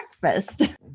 breakfast